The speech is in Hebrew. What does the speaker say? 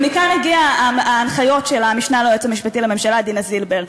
ומכאן הגיעו ההנחיות של המשנה ליועץ המשפטי לממשלה דינה זילבר.